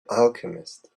alchemist